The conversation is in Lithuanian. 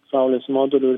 saulės modulių